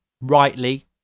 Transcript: rightly